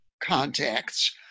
contacts